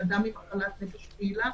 אדם עם מחלת נפש פעילה,